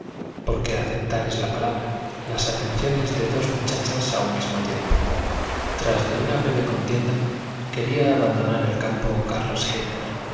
porque aceptar es la palabralas atenciones de eos muchachas a un mismo tiempo tras de una breve contienda quería abandonar el campo carlos